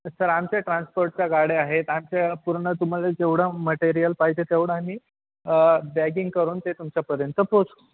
sir आमच्या ट्रान्सपोर्टच्या गाड्या आहेत आमच्या पूर्ण तुम्हाला जेवढं मटेरियल पाहिजे तेवढं आम्ही बॅगिंग करून ते तुमच्यापर्यंत पोहोचतं